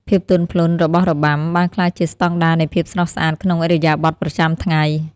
ភាពទន់ភ្លន់របស់របាំបានក្លាយជាស្តង់ដារនៃភាពស្រស់ស្អាតក្នុងឥរិយាបថប្រចាំថ្ងៃ។